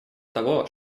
того